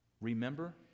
Remember